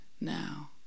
Now